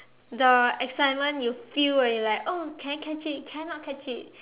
the excitement you feel when you like oh can I catch it can I not catch it